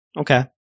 Okay